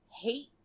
hate